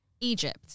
Egypt